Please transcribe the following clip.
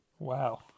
Wow